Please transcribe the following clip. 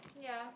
ya